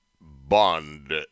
bond